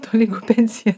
tolygu pensija